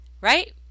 right